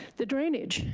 the drainage,